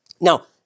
Now